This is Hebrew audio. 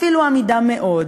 אפילו אמידה מאוד,